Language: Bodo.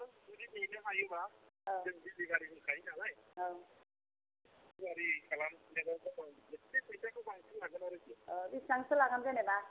नों जुदि नेनो हायोबा औ जों दिलिबारि होखायो नालाय दिलिबारि खालामनोबा जोंनो फैसाखौ से बांसिन लागोन आरोखि बिसिबांसो लागोन जेन'बा